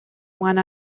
one